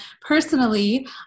personally